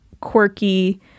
quirky